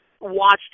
watched